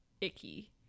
icky